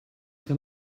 can